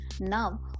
Now